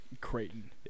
Creighton